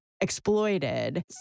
exploited